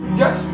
yes